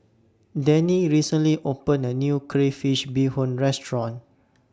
Denny recently opened A New Crayfish Beehoon Restaurant